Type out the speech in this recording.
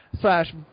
slash